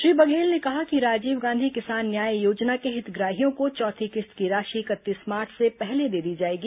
श्री बघेल ने कहा कि राजीव गांधी किसान न्याय योजना के हितग्राहियों को चौथी किश्त की राशि इकतीस मार्च से पहले दे दी जाएगी